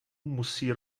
musí